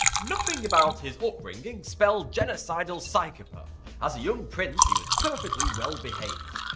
nothing about his upbringing spelled genocidal psychopath as a young prince he was perfectly well behaved,